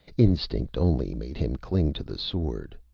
instinct only made him cling to the sword.